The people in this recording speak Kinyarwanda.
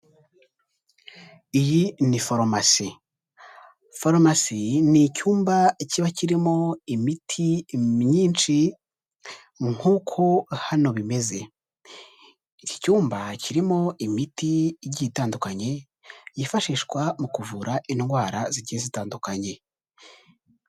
Iyi ni farumasi, farumasi ni icyumba kiba kirimo imiti myinshi nk'uko hano bimeze, iki cyumba kirimo imiti igiye itandukanye yifashishwa mu kuvura indwara zigiye zitandukanye.